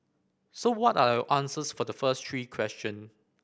so what are answers for the first three question